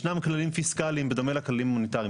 ישנם כללים פיסקליים בדומה לכללים המוניטריים.